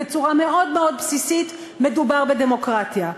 בצורה מאוד מאוד בסיסית מדובר בדמוקרטיה.